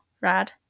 rad